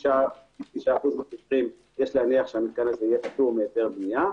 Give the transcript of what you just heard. ב-99% מהמקרים יש להניח שהמתקן הזה יהיה פטור מהיתר בנייה.